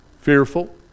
fearful